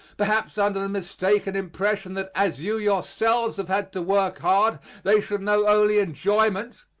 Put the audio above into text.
perhaps under the mistaken impression that as you yourselves have had to work hard they shall know only enjoyment,